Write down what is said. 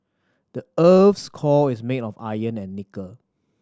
the earth's core is made of iron and nickel